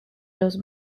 los